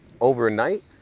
overnight